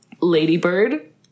ladybird